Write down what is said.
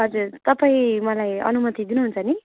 हजुर तपाईँ मलाई अनुमति दिनुहुन्छ नि